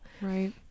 Right